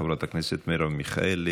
חברת הכנסת מרב מיכאלי,